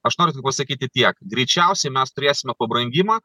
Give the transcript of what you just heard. aš noriu tik pasakyti tiek greičiausiai mes turėsime pabrangimą